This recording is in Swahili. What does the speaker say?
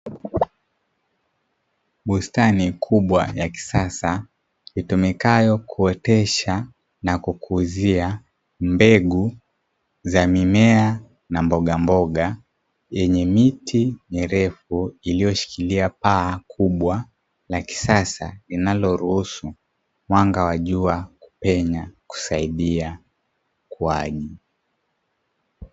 Bustani kubwa ya kisasa itumikayo kuotesha na kukuzia mbegu za mimea na mbogamboga, yenye miti mirefu iliyoshikilia paa kubwa la kisasa, linaloruhusu mwanga wa jua kupenya kusaidia ukuuaji.